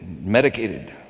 medicated